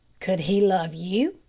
could he love you?